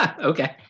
Okay